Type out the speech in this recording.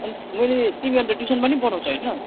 अन्त मैले तिमीहरू त टिउसन पनि पढाउँछ होइन